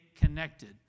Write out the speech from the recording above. connected